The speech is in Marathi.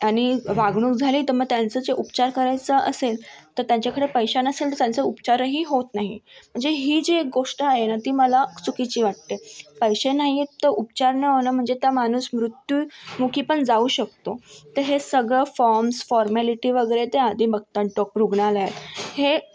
आणि वागणूक झाली तर मग त्याचं जे उपचार करायचं असेल तर त्यांच्याकडे पैसा नसेल तर त्यांचा उपचारही होत नाही म्हणजे ही जी एक गोष्ट आहे ना ती त्याला चुकीची वाटते पैसे नाही आहेत तर उपचार नाही होणं म्हणजे त्या माणूस मृत्युमूखी पण जावू शकतो तर हे सगळं फॉर्म्स फॉर्मॅलिटी वगैरे ते आधी बघतात डॉक्टर रूग्णालयात हे